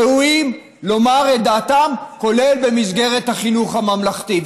ראויים לומר את דעתם, כולל במסגרת החינוך הממלכתי.